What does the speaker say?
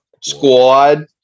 squad